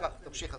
תמשיך אתה.